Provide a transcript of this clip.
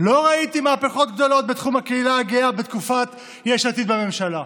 לא ראיתי מהפכות גדולות בתחום הקהילה הגאה בתקופת יש עתיד בממשלה.